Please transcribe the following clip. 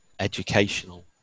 educational